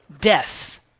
death